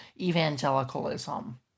evangelicalism